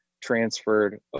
transferred